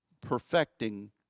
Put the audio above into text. perfecting